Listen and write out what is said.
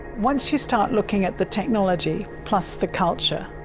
once you start looking at the technology plus the culture,